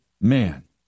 man